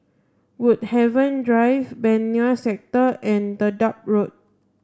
Woodhaven Drive Benoi Sector and Dedap Road